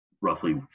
roughly